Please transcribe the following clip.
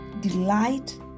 delight